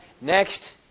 next